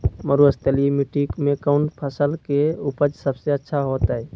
मरुस्थलीय मिट्टी मैं कौन फसल के उपज सबसे अच्छा होतय?